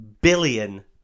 billion